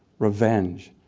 revenge.